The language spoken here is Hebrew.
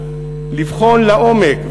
לבחון לעומק,